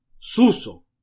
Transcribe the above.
Suso